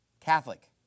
Catholic